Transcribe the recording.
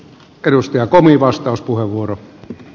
arvoisa herra puhemies